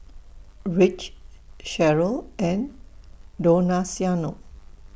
Rich Sheryll and Donaciano